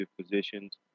positions